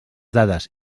dades